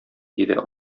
диде